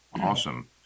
Awesome